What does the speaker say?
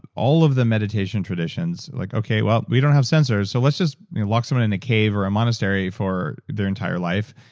all of them meditation traditions, like, okay. well we don't have sensors, so let's just lock someone in a cave or a monastery for their entire life,